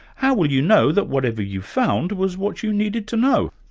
how will you know that whatever you found was what you needed to know?